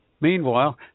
Meanwhile